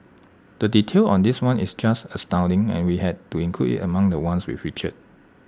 the detail on this one is just astounding and we had to include IT among the ones we featured